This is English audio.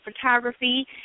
photography